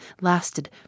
lasted